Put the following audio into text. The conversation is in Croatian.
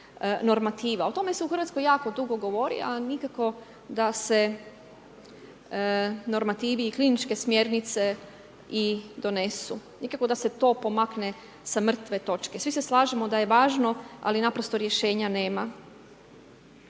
o tome se u Hrvatskoj jako dugo govori a nikako da se normativi i kliničke smjernice i donesu. Nikako da se to pomakne sa mrtve točke. Svi se slažemo da je važno ali naprosto rješenja nema.